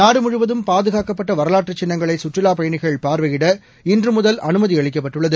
நாடு முழுவதும் பாதுகாக்கப்பட்ட வரவாற்று சின்னங்களை கற்றுலாப் பயணிகள் பார்வையிட இன்று முதல் அனுமதி அளிக்கப்பட்டுள்ளது